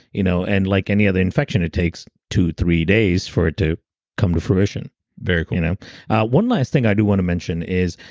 you know and like any other infection, it takes two, three days for it to come to fruition very cool you know one last thing i do want to mention is,